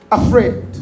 afraid